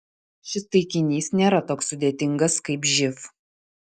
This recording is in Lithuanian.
šis taikinys nėra toks sudėtingas kaip živ